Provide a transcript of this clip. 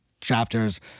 chapters